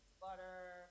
butter